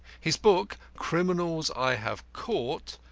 his book, criminals i have caught,